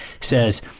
says